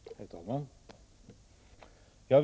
Herr talman!